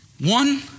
One